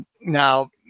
now